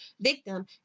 victim